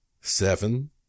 seven